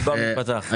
ליבם יפתח.